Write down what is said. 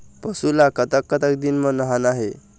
पशु ला कतक कतक दिन म नहाना हे?